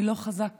אני לא חזק כמוך.